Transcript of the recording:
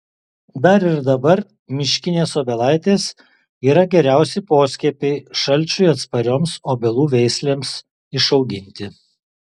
dar ir dabar miškinės obelaitės yra geriausi poskiepiai šalčiui atsparioms obelų veislėms išauginti